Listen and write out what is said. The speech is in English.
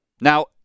Now